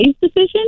decision